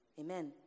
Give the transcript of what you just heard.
Amen